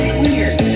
weird